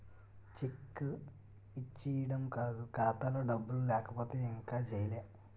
check ఇచ్చీడం కాదు ఖాతాలో డబ్బులు లేకపోతే ఇంక జైలే